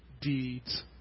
deeds